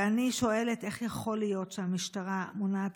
ואני שואלת איך יכול להיות שהמשטרה מונעת